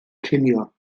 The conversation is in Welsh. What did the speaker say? cinio